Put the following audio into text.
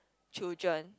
children